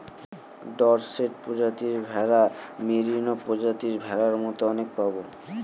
Dorset প্রজাতির ভেড়া, merino প্রজাতির ভেড়ার মতো অনেক পাবো